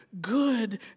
good